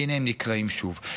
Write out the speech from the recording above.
והינה הם נקראים שוב.